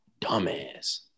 dumbass